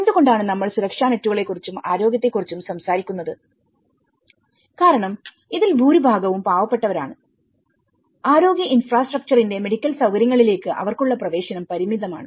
എന്തുകൊണ്ടാണ് നമ്മൾ സുരക്ഷാ നെറ്റുകളെ കുറിച്ചും ആരോഗ്യത്തെക്കുറിച്ചും സംസാരിക്കുന്നത് കാരണം ഇതിൽ ഭൂരിഭാഗവും പാവപ്പെട്ടവരാണ് ആരോഗ്യ ഇൻഫ്രാസ്ട്രക്ചറിന്റെ മെഡിക്കൽ സൌകര്യങ്ങളിലേക്ക് അവർക്കുള്ള പ്രവേശനം പരിമിതമാണ്